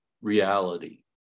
reality